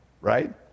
right